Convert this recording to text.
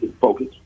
focus